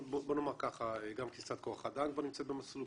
גם כניסת כוח אדם כבר נמצאת במסלול,